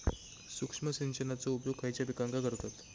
सूक्ष्म सिंचनाचो उपयोग खयच्या पिकांका करतत?